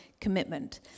commitment